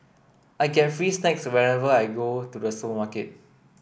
I get free snacks whenever I go to the supermarket